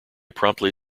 promptly